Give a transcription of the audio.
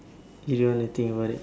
do you want to think about it